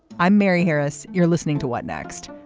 i'm mary harris. you're listening to what next.